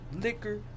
liquor